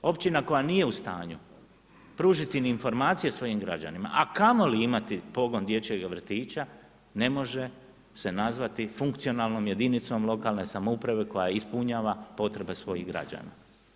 Općina koja nije u stanju pružati ni informacije svojim građanima, a kamo li imati pogon dječjega vrtića, ne može se nazvati funkcionalnom jedinicom lokalne samouprave koja ispunjava potrebe svojih građana.